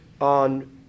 on